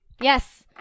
Yes